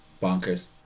bonkers